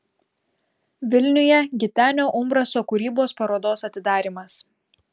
vilniuje gitenio umbraso kūrybos parodos atidarymas